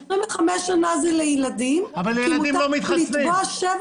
25 שנה זה לילדים כי מותר לתבוע שבע